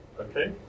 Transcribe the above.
Okay